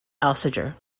alsager